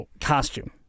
costume